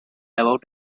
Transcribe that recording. about